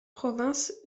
province